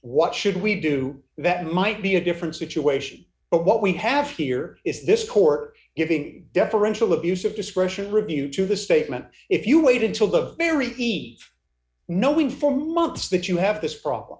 what should we do that might be a different situation but what we have here is this court giving deferential abuse of discretion review to the statement if you wait until the very know we four months that you have this problem